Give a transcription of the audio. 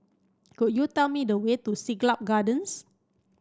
could you tell me the way to Siglap Gardens